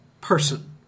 person